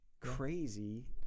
crazy